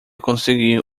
conseguir